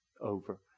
over